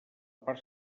part